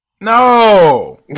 No